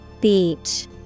Beach